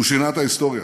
הוא שינה את ההיסטוריה,